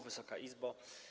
Wysoka Izbo!